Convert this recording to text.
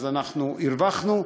אז הרווחנו,